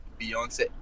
Beyonce